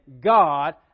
God